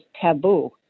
taboo